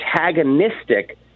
antagonistic